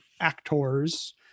actors